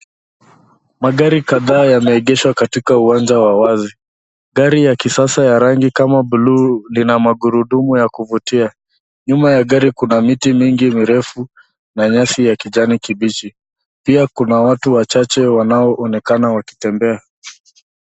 Magari kadhaa yameegeshwa katika uwanja wa wazi. Gari la kisasa la rangi ya buluu lina magurudumu ya kuvutia. Nyuma ya gari kuna miti mingi mirefu na nyasi ya kijani kibichi. Pia kuna watu wachache wanaoonekana wakitembea.